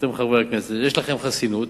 אתם חברי הכנסת, יש לכם חסינות.